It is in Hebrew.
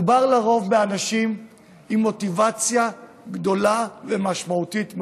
מדובר לרוב באנשים עם מוטיבציה גדולה ומשמעותית מאוד,